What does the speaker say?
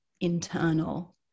internal